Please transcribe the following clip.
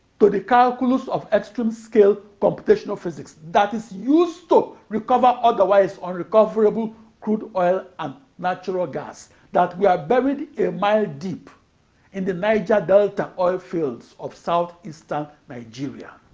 to the calculus of extreme-scale computational physics that is used to recover otherwise unrecoverable crude oil and natural gas that were buried a mile-deep in the niger-delta oilfields of southeastern nigeria.